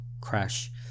crash